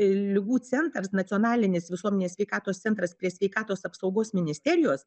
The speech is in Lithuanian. ligų centras nacionalinis visuomenės sveikatos centras prie sveikatos apsaugos ministerijos